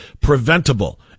preventable